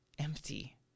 empty